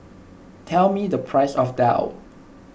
tell me the price of Daal